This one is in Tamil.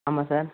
ஆமாம் சார்